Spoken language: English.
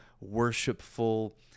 worshipful